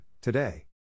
today